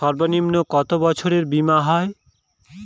সর্বনিম্ন কত বছরের বীমার হয়?